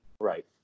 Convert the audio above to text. Right